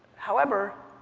however,